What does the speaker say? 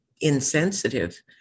insensitive